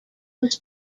was